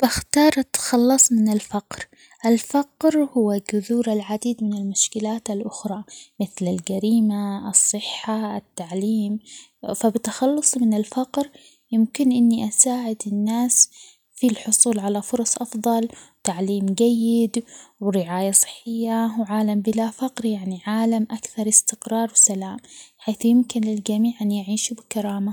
بختار اللغة الصينية والسبب إنو الصين تعد وحدة من أكبراقتصادات العالم، وتعلم اللغة الصينية بيفتحلي أبواب كبيرة وكثيرة في مجالات الأعمال والثقافة بالإضافة إنو التعلم اللغة الصينية بيجعلني أفهم الأدب والتقاليد الصينية بشكل أفضل وبيفتحلي فرص كثيرة جداً.